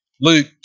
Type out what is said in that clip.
Luke